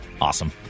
Awesome